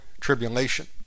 tribulation